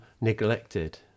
neglected